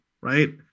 right